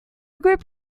group